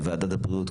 ועדת הבריאות,